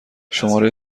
شماره